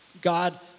God